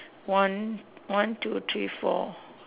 one one two three four